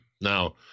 Now